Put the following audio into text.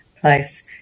place